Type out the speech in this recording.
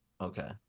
Okay